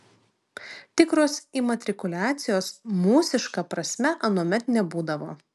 tikros imatrikuliacijos mūsiška prasme anuomet nebūdavo